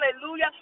hallelujah